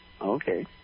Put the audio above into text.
okay